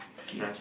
okay